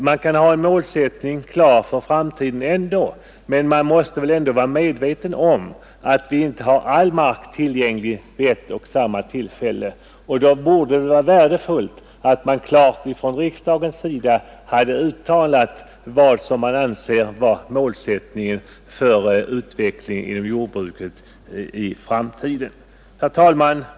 Man kan ha en klar målsättning för framtiden, men man måste också vara medveten om att vi inte har all mark tillgänglig vid ett och samma tillfälle. Då borde det vara värdefullt att riksdagen klart uttalat nödvändigheten av den successiva uppbyggnaden och uttalat att detta måste vara målsättningen för utvecklingen inom jordbruket. Herr talman!